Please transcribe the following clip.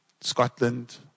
Scotland